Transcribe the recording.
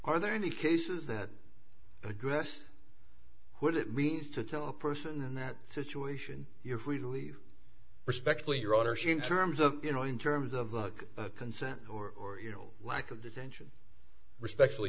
are there any cases that address what it means to tell a person in that situation you're free to leave respectfully your honor she in terms of you know in terms of the consent or you know lack of attention respectful